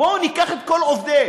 בואו ניקח את כל עובדי